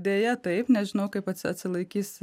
deja taip nežinau kaip at atsilaikys